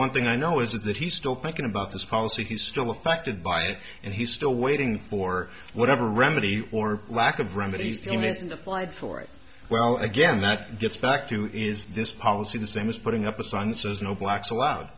one thing i know is that he still thinking about this policy he's still affected by it and he's still waiting for whatever remedy or lack of remedies they may think applied for it well again that gets back to is this policy the same as putting up a sign that says no blacks allowed